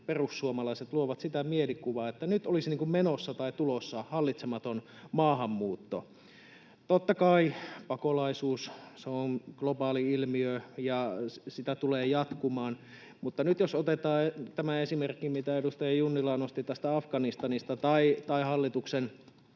perussuomalaiset luovat sitä mielikuvaa, että nyt olisi menossa tai tulossa hallitsematon maahanmuutto. Totta kai pakolaisuus on globaali ilmiö ja se tulee jatkumaan, mutta nyt jos otetaan tämä esimerkki, mitä edustaja Junnila nosti tästä Afganistanista tai hallituksen